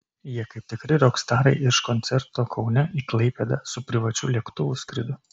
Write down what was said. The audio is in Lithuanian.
jie kaip tikri rokstarai iš koncerto kaune į klaipėdą su privačiu lėktuvu skrido